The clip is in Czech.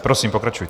Prosím pokračujte.